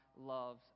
loves